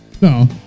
No